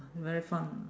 very fun